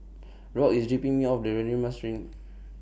Rock IS dropping Me off The Radin Mas